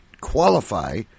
qualify